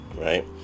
right